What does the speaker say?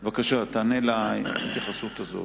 בבקשה, תענה להתייחסות הזאת.